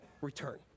return